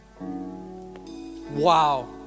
Wow